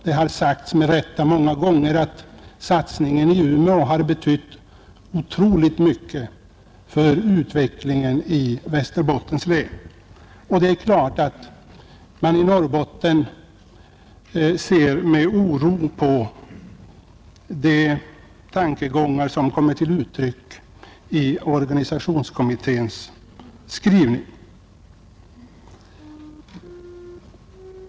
Det har med rätta sagts många gånger att satsningen där har betytt oerhört mycket för utvecklingen i Västerbottens län, och i Norrbotten ser man nu med oro på de tankegångar som kommer till uttryck i organisationskommitténs skrivning.